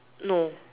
no